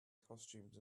costumes